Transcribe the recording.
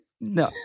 no